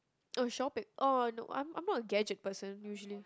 oh shopping oh I know I'm I'm not a gadget person usually